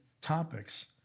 topics